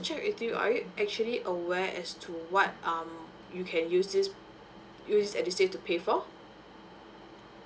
check with you are you actually aware as to what um you can use this use edusave to pay for